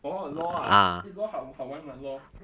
orh law ah eh law 好好玩 mah law